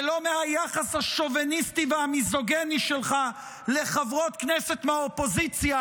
ולא מהיחס השוביניסטי והמיזוגני שלך לחברות כנסת מהאופוזיציה